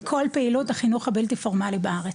לכל פעילות החינוך הבלתי פורמלי בארץ,